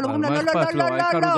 אבל אומרים לו: לא לא לא לא לא.